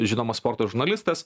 žinomas sporto žurnalistas